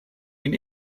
been